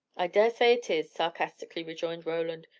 i dare say it is! sarcastically rejoined roland,